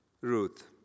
Ruth